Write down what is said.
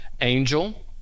angel